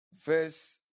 verse